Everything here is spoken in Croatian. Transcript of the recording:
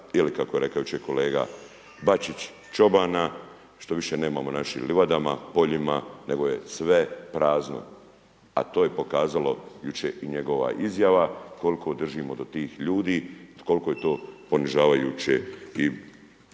ili kako je rekao jučer kolega Bačić, čobana, štoviše, nemamo ih na naših livadama, poljima nego je sve prazno a to je pokazalo jučer i njegova izjava koliko držimo tih, koliko je to ponižavajuće i